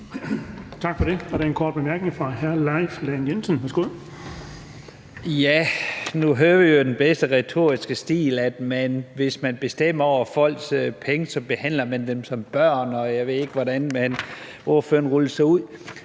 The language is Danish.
Nu hører vi jo i den bedste retoriske stil, at man, hvis man bestemmer over folks penge, behandler dem som børn